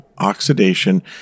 oxidation